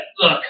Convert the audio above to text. look